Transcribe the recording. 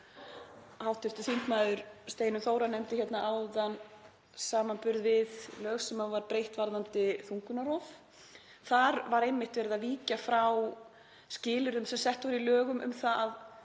Hv. þm. Steinunn Þóra nefndi hérna áðan samanburð við lög sem var breytt varðandi þungunarrof. Þar var einmitt verið að víkja frá skilyrðum sem sett voru í lögum um að